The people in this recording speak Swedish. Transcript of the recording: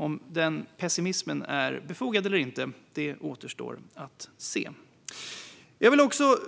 Om den pessimismen är befogad eller inte återstår att se. Fru talman! Jag vill också